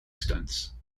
stunts